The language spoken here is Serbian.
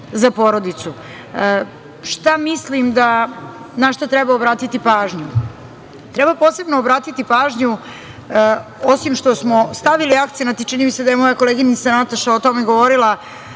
za porodicu. Šta mislim, na šta treba obratiti pažnju? Treba posebno obratiti pažnju, osim što smo stavili akcenat i čini mi se da je moja koleginica Nataša o tome govorili,